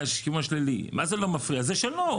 זה שלו.